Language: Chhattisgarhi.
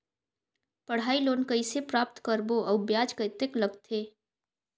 पढ़ाई लोन कइसे प्राप्त करबो अउ ब्याज कतेक लगथे?